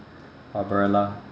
barbarella